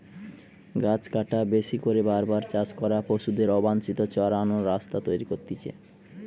গাছ কাটা, বেশি করে বার বার চাষ করা, পশুদের অবাঞ্চিত চরান রাস্তা তৈরী করতিছে